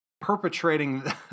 perpetrating